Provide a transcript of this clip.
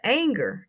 anger